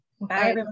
bye